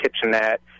kitchenette